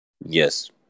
Yes